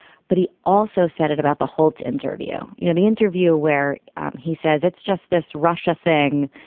but he also said it about the holt interview. you know, the interview where he says it's just this russia thing.